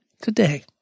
today